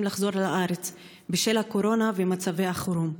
לחזור לארץ בשל הקורונה ומצבי החירום.